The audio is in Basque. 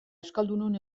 euskaldunon